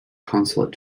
consulate